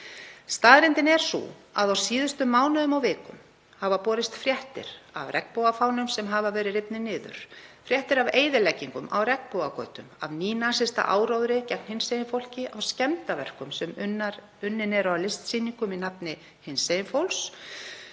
Staðreyndin er sú að á síðustu mánuðum og vikum hafa borist fréttir af regnbogafánum sem hafa verið rifnir niður, fréttir af eyðileggingu á regnbogagötum, af nýnasistaáróðri gegn hinsegin fólki, af skemmdarverkum sem unnin eru á listsýningum í nafni hinsegin fólks